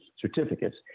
certificates